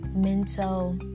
mental